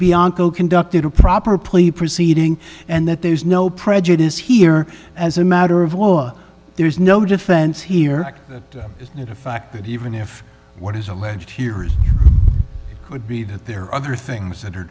bianco conducted a proper play proceeding and that there's no prejudice here as a matter of law there is no defense here is it a fact that even if what is alleged here is could be that there are other things that are